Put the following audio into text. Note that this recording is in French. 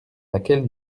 laquelle